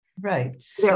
Right